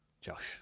Josh